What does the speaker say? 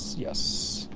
yes.